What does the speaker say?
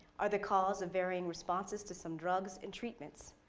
are the cause of varying responses to some drugs and treatments.